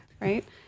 right